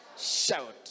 shout